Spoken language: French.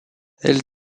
elle